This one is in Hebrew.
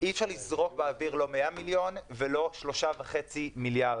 אי אפשר לזרוק באוויר לא מאה מיליון ולא 3.5 מיליארד.